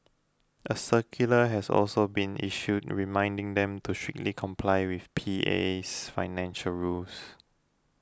a circular has also been issued reminding them to strictly comply with PA's financial rules